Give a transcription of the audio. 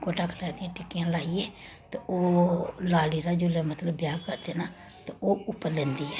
गोटा कनारी दियां टिक्कियां लाइयै ते ओह् लाड़ी दा जिल्लै मतलब ब्याह करदे ना ते ओह् उप्पर लैंदी ऐ